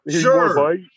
sure